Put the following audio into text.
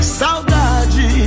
saudade